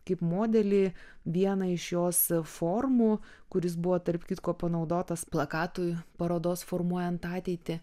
kaip modelį vieną iš jos formų kuris buvo tarp kitko panaudotas plakatui parodos formuojant ateitį